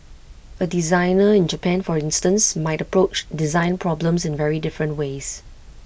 A designer in Japan for instance might approach design problems in very different ways